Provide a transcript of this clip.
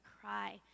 cry